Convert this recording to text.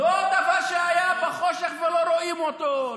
זה לא דבר שהיה בחושך ולא רואים אותו,